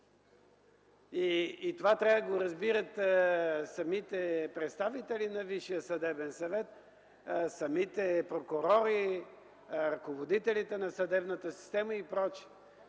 Това трябва да го разбират самите представители на Висшия съдебен съвет, самите прокурори, ръководителите на съдебната система и прочие.